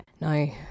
No